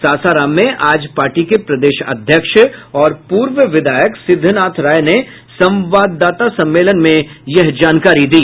सासाराम में आज पार्टी के प्रदेश अध्यक्ष और पूर्व विधायक सिद्धनाथ राय ने संवाददाता सम्मेलन में यह जानकारी दी